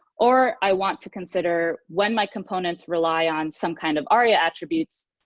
or, i want to consider when my components rely on some kind of aria attributes,